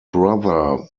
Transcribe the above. brother